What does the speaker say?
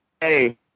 Hey